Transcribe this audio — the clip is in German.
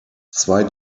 zwei